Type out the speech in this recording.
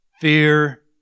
fear